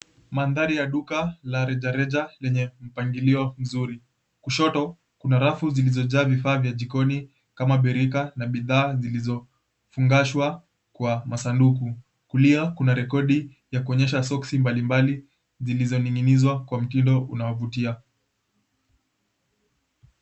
Mandhari ya duka la rejareja lenye mpangilio mzuri. Kushoto kuna rafu zilizojaa vifaa vya jikoni kama birika na bidhaa zilizofungashwa kwa masanduku. Kulia kuna rekodi ya kuonyesha soksi mbali mbali zilizoning'inizwa kwa mtindo unaovutia.